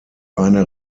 eine